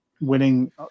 winning